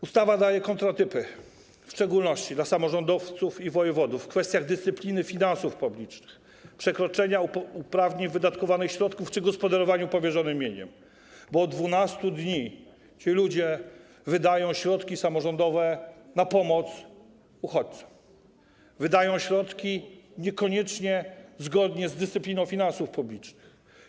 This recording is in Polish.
Ustawa daje kontratypy w szczególności dla samorządowców i wojewodów w kwestiach dyscypliny finansów publicznych, przekroczenia uprawnień, jeśli chodzi o wydatkowanie środków czy gospodarowanie powierzonym mieniem, bo od 12 dni ci ludzie wydają środki samorządowe na pomoc uchodźcom, wydają środki niekoniecznie zgodnie z dyscypliną finansów publicznych.